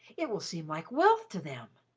it will seem like wealth to them.